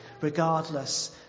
regardless